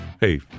hey